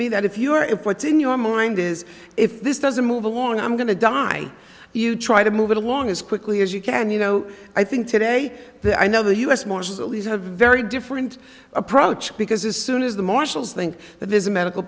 me that if you are if what's in your mind is if this doesn't move along i'm going to die you try to move it along as quickly as you can you know i think today that i know the u s marshals at least have a very different approach because as soon as the marshals think that there's a medical